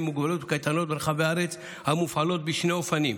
עם מוגבלות בקייטנות ברחבי הארץ המופעלות בשני אופנים: